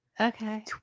Okay